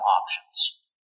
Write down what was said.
options